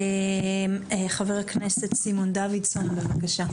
חה"כ סימון דוידסון בבקשה.